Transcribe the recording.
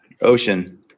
Ocean